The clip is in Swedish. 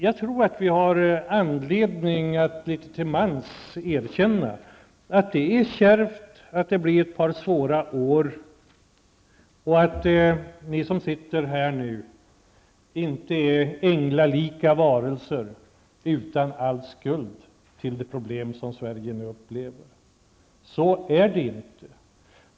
Jag tror att vi litet till mans har anledning att erkänna att det är kärvt, att det blir ett par svåra år och att ni som sitter här nu inte är änglalika varelser utan all skuld till de problem som Sverige nu upplever. Så är det inte.